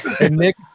Nick